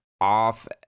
off